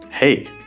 Hey